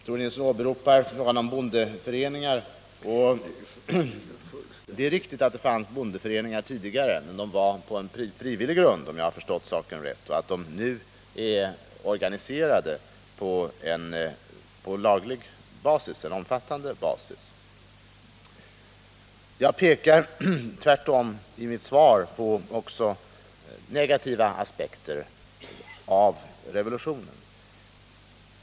Tore Nilsson tog upp frågan om bondeföreningarna. Det är riktigt att det fanns bondeföreningar tidigare, men de var bildade på frivillig grund, om jag har förstått saken rätt. Nu är de organiserade på laglig basis och förekommer i omfattande utsträckning. Jag pekar i mitt svar också på negativa aspekter av revolutionen.